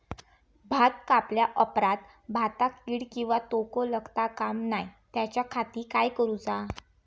भात कापल्या ऑप्रात भाताक कीड किंवा तोको लगता काम नाय त्याच्या खाती काय करुचा?